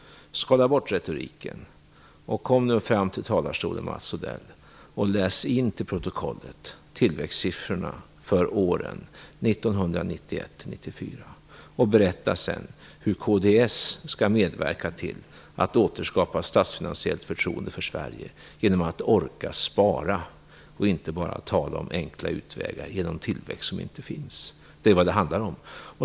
Skala bort retoriken och kom nu fram till talarstolen, Mats Odell. Läs in till protokollet tillväxtsiffrorna för åren 1991-1994. Berätta sedan hur kds skall medverka till att återskapa ett statsfinansiellt förtroende för Sverige genom att orka spara och inte bara genom att tala om sådana enkla utvägar som en tillväxt som inte finns. Det är vad det handlar om.